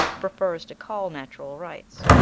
prefers to call natural rights.